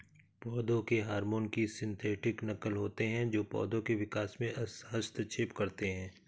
पौधों के हार्मोन की सिंथेटिक नक़ल होते है जो पोधो के विकास में हस्तक्षेप करते है